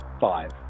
Five